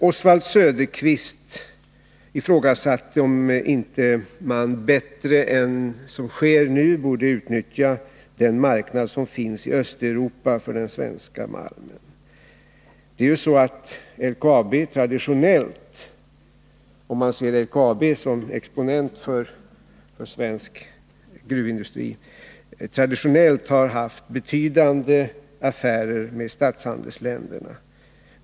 Oswald Söderqvist ifrågasatte om man inte bättre än som sker nu borde utnyttja den marknad som finns i Östeuropa för den svenska malmen. Det är ju så, om man ser LKAB som exponent för svensk gruvindustri, att LKAB traditionellt har haft betydande affärer med statshandelsländerna.